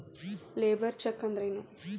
Labour check ಅಂದ್ರ ಏನು?